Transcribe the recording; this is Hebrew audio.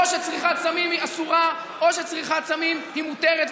או שצריכת סמים היא אסורה או שצריכת סמים היא מותרת.